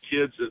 kids